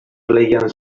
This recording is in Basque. lehian